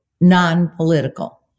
non-political